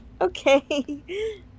okay